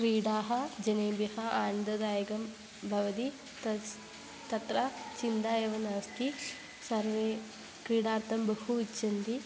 क्रीडाः जनेभ्यः आनन्ददायकं भवत् तस्य तत्र चिन्ता एव नास्ति सर्वे क्रीडार्थं बहु इच्छन्ति